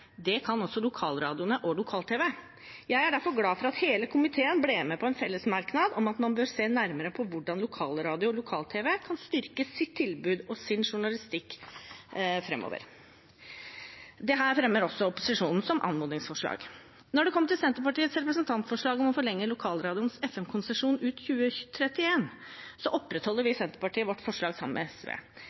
Det kan også lokalradioene og lokal-tv. Jeg er derfor glad for at hele komiteen ble med på en fellesmerknad om at man bør se nærmere på hvordan lokalradio og lokal-tv kan styrke sitt tilbud og sin journalistikk framover. Dette fremmer opposisjonen som anmodningsforslag. Når det kommer til Senterpartiets representantforslag om å forlenge lokalradioenes FM-konsesjon til ut 2031, opprettholder vi i Senterpartiet vårt forslag sammen med SV,